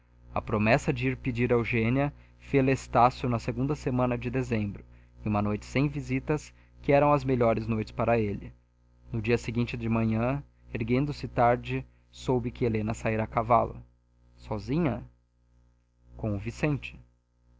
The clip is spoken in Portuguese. a promessa de ir pedir eugênia fê-la estácio na segunda semana de dezembro em uma noite sem visitas que eram as melhores noites para ele no dia seguinte de manhã erguendo-se tarde soube que helena saíra a cavalo sozinha com o vicente